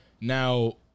now